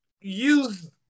use